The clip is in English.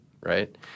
right